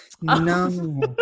No